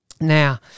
Now